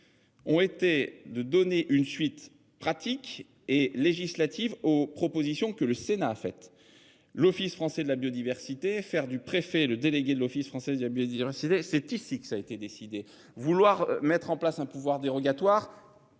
On était de donner une suite pratique et législatives aux propositions que le Sénat a fait l'Office français de la biodiversité et faire du préfet, le délégué de l'Office français il y a bien dire c'est c'est ici que ça a été décidé vouloir mettre en place un pouvoir dérogatoire.